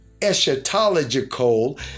eschatological